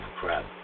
crap